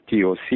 TOC